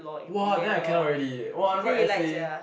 !wah! then I cannot already !wah! write essay